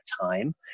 time